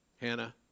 Hannah